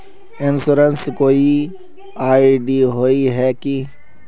Insurance कोई ID होय है की?